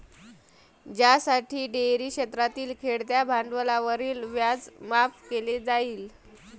ज्यासाठी डेअरी क्षेत्रातील खेळत्या भांडवलावरील व्याज माफ केले जाईल